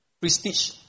prestige